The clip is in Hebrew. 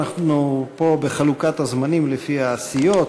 אנחנו פה בחלוקת הזמנים לפי הסיעות,